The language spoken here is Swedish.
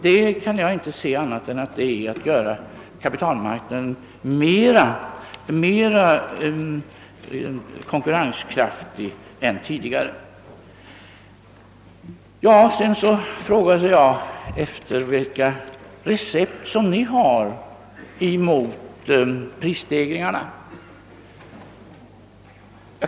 Jag kan inte se annat än att detta är ett sätt att göra kapitalmarknaden mera konkurrenskraftig än den varit tidigare. Vidare frågade jag efter de recept som ni har mot prisstegringarna.